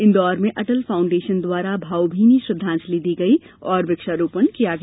इंदौर में अटल फाउण्डेशन द्वारा भावभीनी श्रद्धांजलि दी गई और वृक्षारोपण किया गया